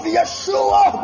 Yeshua